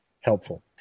helpful